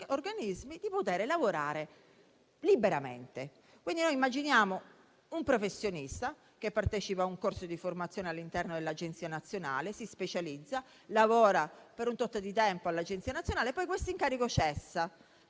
organismi, di lavorare liberamente. Quindi, immaginiamo un professionista che partecipa a un corso di formazione all'interno dell'Agenzia nazionale, si specializza e lavora per un certo periodo di tempo all'Agenzia nazionale. Poi questo incarico cessa,